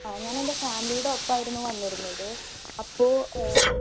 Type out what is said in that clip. അ ഞാൻ എൻ്റെ ഫാമിലിയുടെ ഒപ്പമായിരുന്നു